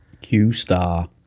Q-Star